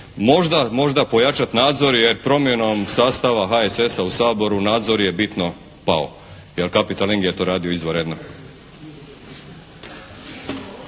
Možda pojačati nadzor, jer promjenom sastava HSS-a u Saboru nadzor je bitno pao, jer “Capital ing“ je to radio izvanredno.